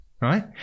right